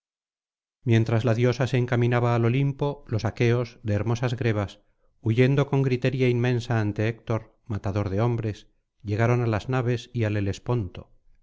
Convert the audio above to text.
mientras la diosa se encaminaba al olimpo los aqueos de hermosas grebas huyendo con gritería inmensa ante héctor matador de hombres llegaron á las naves y al helesponto